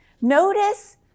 Notice